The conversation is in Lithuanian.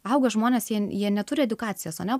auga žmonės jie jie neturi edukacijos ane